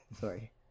Sorry